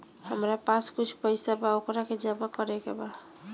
हमरा पास कुछ पईसा बा वोकरा के जमा करे के बा?